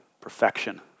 Perfection